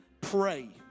pray